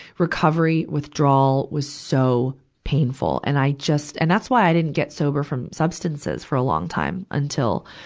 recovery withdrawal was so painful. and i just and that's why i didn't get sober from substances for a long time, until,